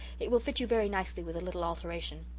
it will fit you very nicely with a little alteration.